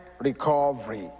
recovery